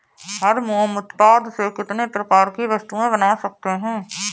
हम मोम उत्पाद से कितने प्रकार की वस्तुएं बना सकते हैं?